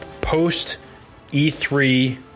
post-E3